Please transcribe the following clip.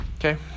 Okay